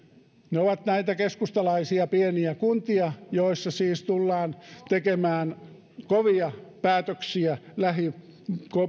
ne ovat näitä keskustalaisia pieniä kuntia joissa siis tullaan tekemään kovia päätöksiä lähimmän